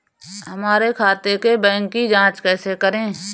हमारे खाते के बैंक की जाँच कैसे करें?